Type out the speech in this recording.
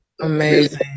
Amazing